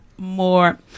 More